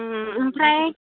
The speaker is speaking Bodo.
ओमफ्राय